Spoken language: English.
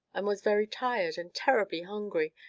and was very tired, and terribly hungry,